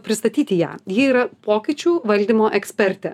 pristatyti ją ji yra pokyčių valdymo ekspertė